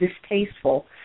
distasteful